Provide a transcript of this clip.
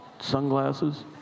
sunglasses